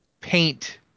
Paint